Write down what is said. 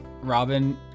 Robin